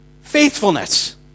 Faithfulness